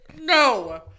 No